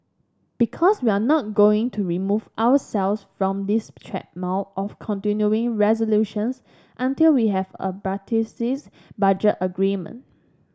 because we're not going to remove ourselves from this treadmill of continuing resolutions until we have a budget agreement